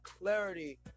clarity